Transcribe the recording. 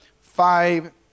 five